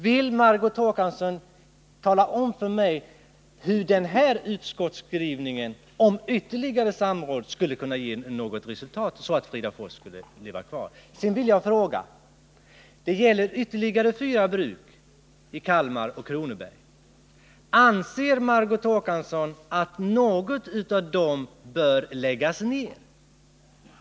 Vill Margot Håkansson tala om för mig hur denna utskottsskrivning om ytterligare samråd skulle kunna ge något resultat så att Fridafors kan leva kvar? Det gäller också nedläggning av ytterligare fyra bruk i Kalmar och Kronobergs län. och därför vill jag fråga: Anser Margot Håkansson att något av dem bör läggas ned?